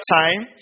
time